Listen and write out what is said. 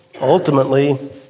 Ultimately